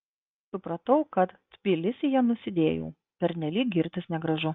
supratau kad tbilisyje nusidėjau pernelyg girtis negražu